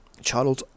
Charles